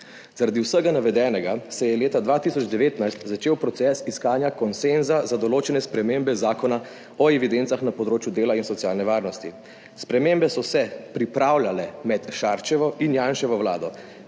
Zaradi vsega navedenega se je leta 2019 začel proces iskanja konsenza za določene spremembe Zakona o evidencah na področju dela in socialne varnosti. Spremembe so se pripravljale med Šarčevo in Janševo vlado,